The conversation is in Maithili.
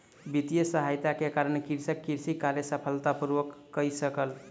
वित्तीय सहायता के कारण कृषक कृषि कार्य सफलता पूर्वक कय सकल